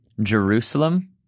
Jerusalem